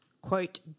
quote